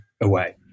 away